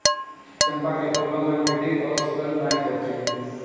चंपा के फूलों में मीठी और सुखद महक होती है